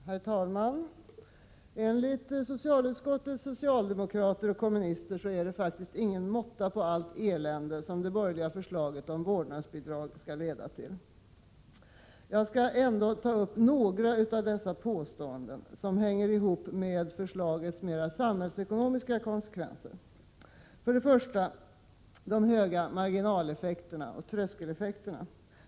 Herr talman! Enligt socialutskottets socialdemokrater och kommunister är det ingen måtta på allt elände som det borgerliga förslaget om vårdnadsbidrag skulle leda till. Jag skall ändå ta upp några av dessa påståenden som hänger ihop med förslagets mera samhällsekonomiska konsekvenser. Först frågan om höga marginaloch tröskeleffekter.